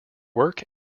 work